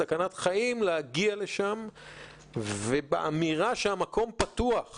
סכנת חיים להגיע לשם והאמירה שהמקום פתוח